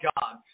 God